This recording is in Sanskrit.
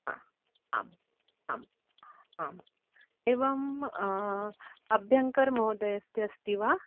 हा आम् आम् आम् एवम् अभ्यङ्कर् महोदयस्य अस्ति वा